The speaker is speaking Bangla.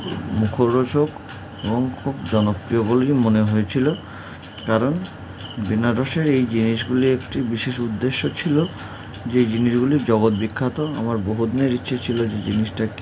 মুখরোচক এবং খুব জনপ্রিয় বলেই মনে হয়েছিল কারণ বেনারসের এই জিনিসগুলি একটি বিশেষ উদ্দেশ্য ছিল যে এই জিনিসগুলির জগৎ বিখ্যাত আমার বহুদিনের ইচ্ছে ছিল যে জিনিসটাকে